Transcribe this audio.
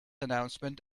announcement